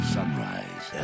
Sunrise